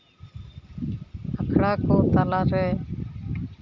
ᱟᱠᱷᱲᱟ ᱠᱚ ᱛᱟᱞᱟ ᱨᱮ